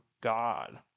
God